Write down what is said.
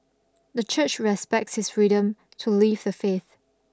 the church respects his freedom to leave the faith